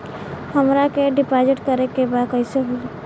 हमरा के डिपाजिट करे के बा कईसे होई?